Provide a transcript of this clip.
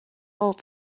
old